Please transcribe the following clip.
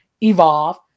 evolve